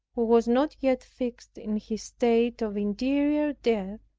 who was not yet fixed in his state of interior death,